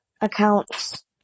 accounts